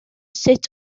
sut